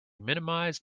minimized